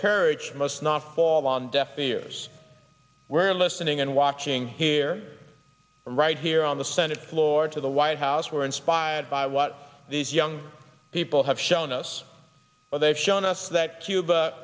courage must not fall on deaf ears were listening and watching here right here on the senate floor to the white house were inspired by what these young people have shown us they've shown us that cuba